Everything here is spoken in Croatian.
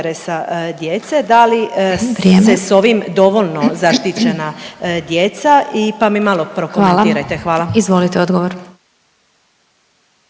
Hvala. Izvolite odgovor.